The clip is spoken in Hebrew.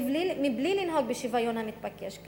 מבלי לנהוג בשוויון המתבקש כאן,